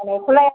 मावनायखौलाय